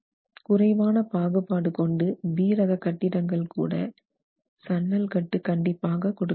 குறைவான பாகுபாடு கொண்டு B ரக கட்டிடங்கள் கூட சன்னல் கட்டு கண்டிப்பாக கொடுக்க வேண்டும்